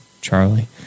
Charlie